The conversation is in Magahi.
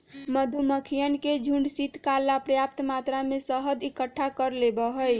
मधुमक्खियन के झुंड शीतकाल ला पर्याप्त मात्रा में शहद इकट्ठा कर लेबा हई